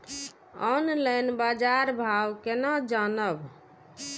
Online बाजार भाव केना जानब?